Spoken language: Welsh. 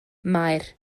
maer